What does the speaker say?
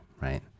right